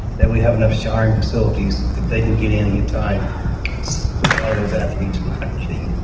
that we have enough showering facilities that they can get in and get time because a lot of those athletes are not getting